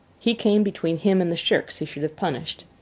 he came between him and the shirks he should have punished.